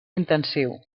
intensiu